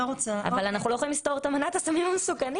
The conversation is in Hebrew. אבל אנחנו לא יכולים לסתור את אמנת הסמים המסוכנים.